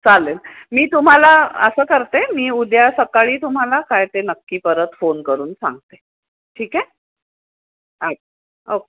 चालेल मी तुम्हाला असं करते मी उद्या सकाळी तुम्हाला काय ते नक्की परत फोन करून सांगते ठीक आहे ओ